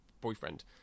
boyfriend